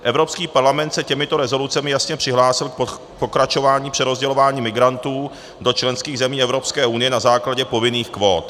Evropský parlament se těmito rezolucemi jasně přihlásil k pokračování přerozdělování migrantů do členských zemí Evropské unie na základě povinných kvót.